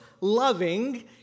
loving